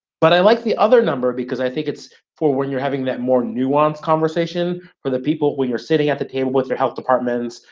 but i like the other number because i think it's for when you're having that more nuanced conversation where the people, when you're sitting at the table with your health departments,